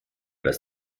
das